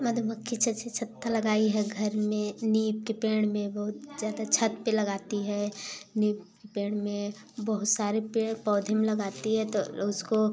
मधुमक्खी जैसे छत्ता लगाई है घर में नीम के पेड़ में बहुत ज़्यादा छत पे लगाती है नीम के पेड़ में बहुत सारे पेड़ पौधे में लगाती है तो उसको